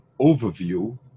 overview